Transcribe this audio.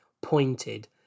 pointed